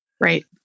Right